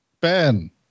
Ben